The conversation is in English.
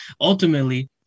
ultimately